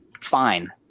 fine